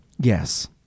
Yes